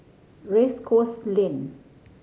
Race Course Lane